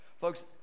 folks